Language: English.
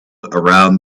around